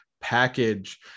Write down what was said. package